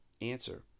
Answer